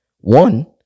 One